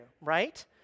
right